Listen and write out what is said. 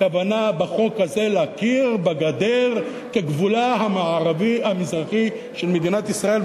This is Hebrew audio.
כוונה בחוק הזה להכיר בגדר כגבולה המזרחי של מדינת ישראל,